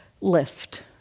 lift